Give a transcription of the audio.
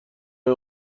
این